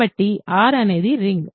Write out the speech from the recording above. కాబట్టి R అనేది ring